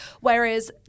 whereas